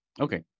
Okay